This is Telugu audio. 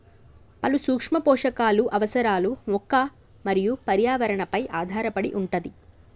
పలు సూక్ష్మ పోషకాలు అవసరాలు మొక్క మరియు పర్యావరణ పై ఆధారపడి వుంటది